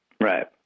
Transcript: Right